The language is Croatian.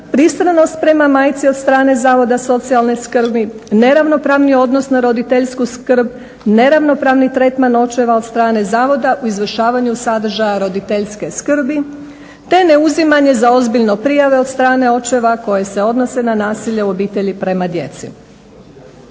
pristranost prema majci od strane Zavoda socijalne skrbi, neravnopravni odnos na roditeljsku skrb, neravnopravni tretman očeva od strane zavoda u izvršavanju sadržaja roditeljske skrbi, te ne uzimanje za ozbiljno prijave od strane očeva koje se odnose na nasilje u obitelji prema djeci.